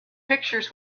pictures